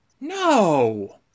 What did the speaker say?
No